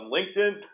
LinkedIn